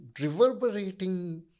reverberating